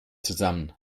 zusammen